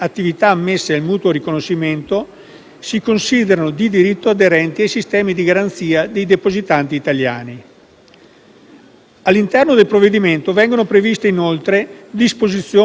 si considerano di diritto aderenti ai sistemi di garanzia dei depositanti italiani. All'interno del provvedimento vengono previste, inoltre, disposizioni per la tutela dei cittadini italiani.